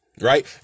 right